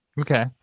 Okay